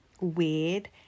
weird